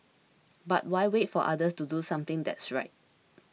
but why wait for others to do something that's right